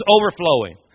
overflowing